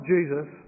Jesus